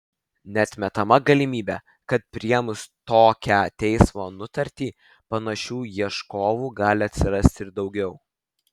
neatmetama galimybė kad priėmus tokią teismo nutartį panašių ieškovų gali atsirasti ir daugiau